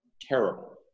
terrible